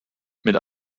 mit